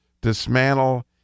dismantle